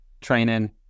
training